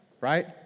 right